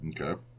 Okay